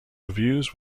reviews